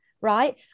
right